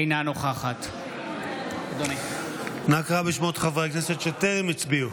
אינה נוכחת נא קרא בשמות חברי הכנסת שטרם הצביעו.